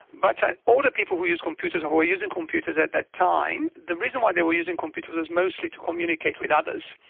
but in older people we use computers who were using computers at that time, the reason why they were using computers was mostly to communicate with others,